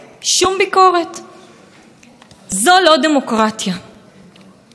הדברים האלה יוצאים נגד עקרונות המשטר הדמוקרטי המודרני,